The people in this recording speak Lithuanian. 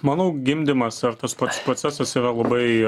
manau gimdymas ar tas pats procesas yra labai